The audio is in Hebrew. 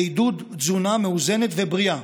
לעידוד תזונה מאוזנת ובריאה.